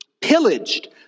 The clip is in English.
pillaged